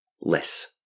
less